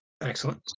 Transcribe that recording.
excellent